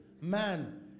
Man